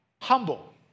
humble